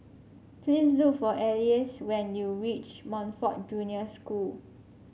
please look for Elease when you reach Montfort Junior School